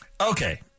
Okay